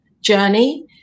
journey